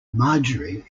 marjorie